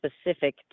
specific